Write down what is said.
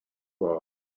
world